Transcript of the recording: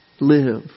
Live